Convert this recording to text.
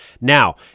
Now